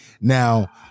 Now